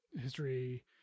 history